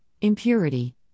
impurity